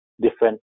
different